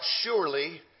surely